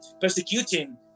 persecuting